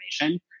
information